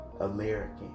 American